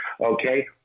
okay